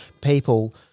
people